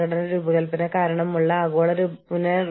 തൊഴിലുടമകളുടെ അസോസിയേഷനുകൾ